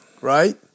Right